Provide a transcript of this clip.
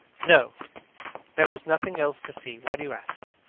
no there was nothing else to see. why do you ask?